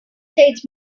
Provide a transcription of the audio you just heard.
states